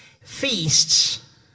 feasts